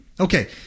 Okay